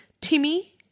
Timmy